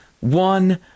one